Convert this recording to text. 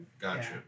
Gotcha